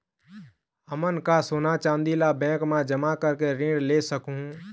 हमन का सोना चांदी ला बैंक मा जमा करके ऋण ले सकहूं?